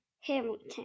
Hamilton